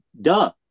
duh